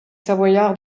savoyards